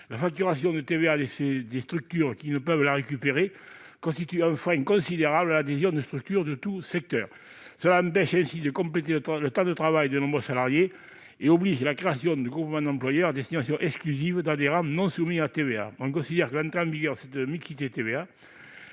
La facturation de cette taxe à des structures qui ne peuvent la récupérer constitue un frein considérable â l'adhésion de structures de tous secteurs. Cela empêche ainsi de compléter le temps de travail de nombreux salariés, et oblige à la création de groupements d'employeurs à destination exclusive d'adhérents non soumis à la TVA. On considère que l'entrée en vigueur de cette mixité